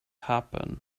happen